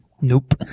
Nope